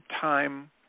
time